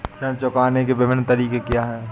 ऋण चुकाने के विभिन्न तरीके क्या हैं?